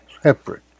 separate